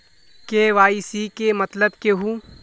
KYC के मतलब केहू?